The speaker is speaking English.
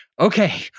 Okay